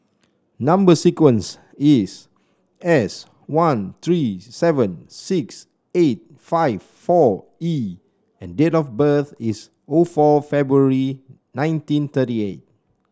number sequence is S one three seven six eight five four E and date of birth is O four February nineteen thirty eight